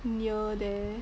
near there